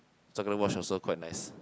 chocolate watch also quite nice